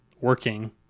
working